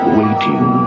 waiting